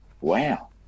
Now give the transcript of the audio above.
wow